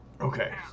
Okay